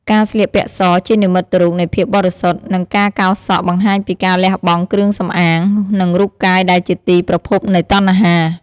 ការ ស្លៀកពាក់ស ជានិមិត្តរូបនៃភាពបរិសុទ្ធ និងការ កោរសក់ បង្ហាញពីការលះបង់គ្រឿងសម្អាង និងរូបកាយដែលជាទីប្រភពនៃតណ្ហា។